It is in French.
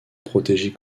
protéger